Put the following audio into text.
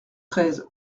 treize